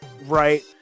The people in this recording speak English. right